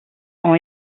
ont